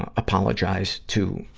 ah apologize to,